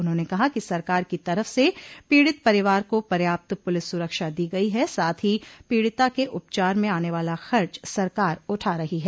उन्होंने कहा कि सरकार की तरफ से पीड़ित परिवार को पर्याप्त पुलिस सुरक्षा दी गई है साथ ही पीड़िता के उपचार में आने वाला खर्च सरकार उठा रही है